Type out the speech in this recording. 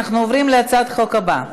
אנחנו עוברים להצעת חוק הבאה,